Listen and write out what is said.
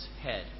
head